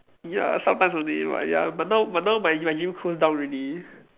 ya sometimes only but ya but now but now my my gym close down already